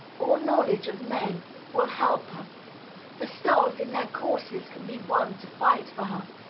all knowledge of men will help her the stars in their courses can be won to fight for her.